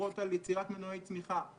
שמדברות על יצירת מנועי צמיחה,